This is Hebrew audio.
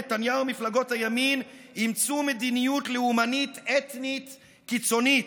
נתניהו ומפלגות הימין אימצו מדיניות לאומנית-אתנית קיצונית,